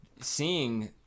seeing